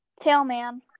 Tailman